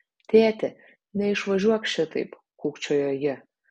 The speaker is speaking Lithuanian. tėti neišvažiuok šitaip kūkčiojo ji